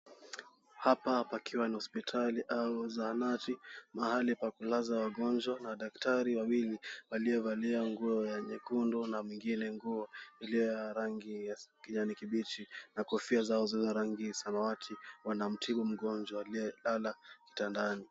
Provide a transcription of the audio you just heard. Hapa pakiwa ni hospitali au zahanati. Mahali pa kulaza wagonjwa na daktari wawili waliovalia nguo ya nyekundu na mwingine nguo ile ya rangi ya kijani kibichi na kofia zao ni za rangi ya samwati. Wanamtibu mgonjwa aliyelala kitandani.